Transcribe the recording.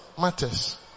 matters